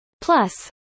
Plus